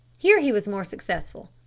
here he was more successful.